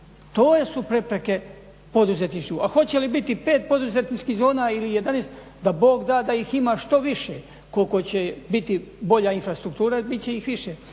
to su prepreke poduzetništvu, a hoće li biti pet poduzetničkih zona ili 11, da bog da da ih ima što više. Koliko će biti bolja infrastruktura bit će ih više.